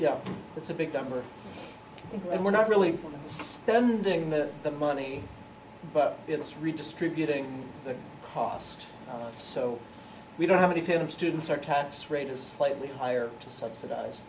yeah that's a big number and we're not really spending the money but it's redistributing the cost so we don't have any failing students our tax rate is slightly higher to subsidize